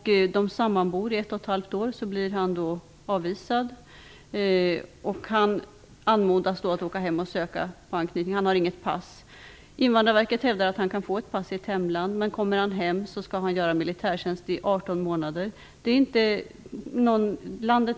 kvinna. De sammanbor i ett och ett halvt år. Sedan blir han avvisad. Han anmodas då att åka hem och ansöka om anknytningsinvandring. Han har inget pass. Invandrarverket hävdar att han kan få ett pass i sitt hemland. Kommer han hem, skall han göra militärtjänst i 18 månader.